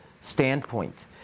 standpoint